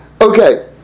Okay